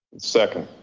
second.